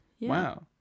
Wow